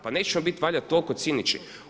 Pa nećemo biti valjda toliko cinični?